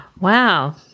Wow